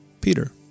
Peter